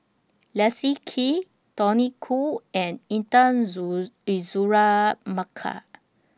Leslie Kee Tony Khoo and Intan Azura Mokhtar